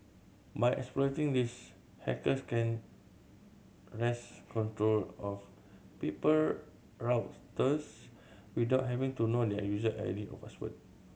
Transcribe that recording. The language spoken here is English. by exploiting this hackers can wrest control of people without having to know their user I D or password